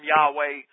Yahweh